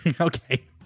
Okay